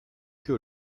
que